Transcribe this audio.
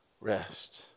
rest